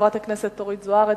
חברת הכנסת אורית זוארץ,